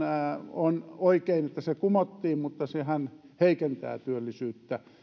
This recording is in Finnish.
on oikein että aktiivimalli kumottiin mutta sehän heikentää työllisyyttä